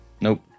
nope